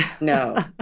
No